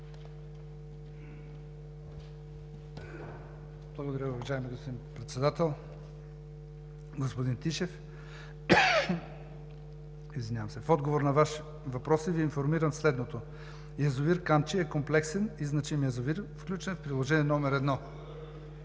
Благодаря, уважаеми господин Председател. Господин Тишев, в отговор на Вашите въпроси Ви информирам следното: язовир „Камчия“ е комплексен и значим язовир, включен в Приложение № 1